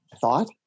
thought